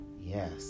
yes